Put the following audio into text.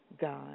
God